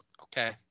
Okay